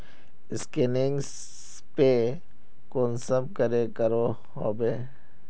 Scanning पे कुंसम करे करो होबे?